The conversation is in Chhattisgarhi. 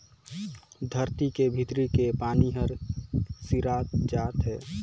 धरती के भीतरी के पानी हर सिरात जात हे